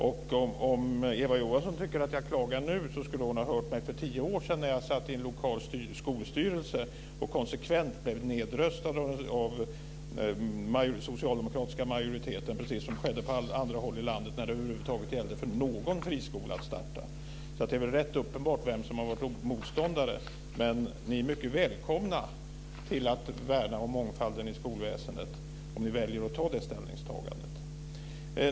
Om Eva Johansson tycker att jag klagar nu skulle hon ha hört mig för tio år sedan när jag satt i en lokal skolstyrelse och konsekvent blev nedröstad av den socialdemokratiska majoriteten, precis som skedde på andra håll i landet när det över huvud taget gällde att någon friskola skulle starta, så det är väl rätt uppenbart vem som har varit motståndare. Men ni är mycket välkomna att värna om mångfalden i skolväsendet om ni väljer att göra det ställningstagandet.